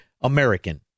American